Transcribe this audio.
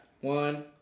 One